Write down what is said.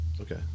okay